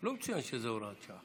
לא צוין שזו הוראת שעה.